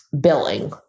billing